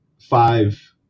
five